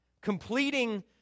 completing